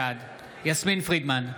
בעד יסמין פרידמן,